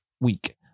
week